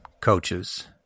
coaches